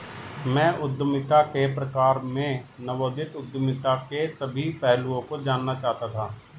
मैं उद्यमिता के प्रकार में नवोदित उद्यमिता के सभी पहलुओं को जानना चाहता था